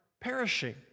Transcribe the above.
perishing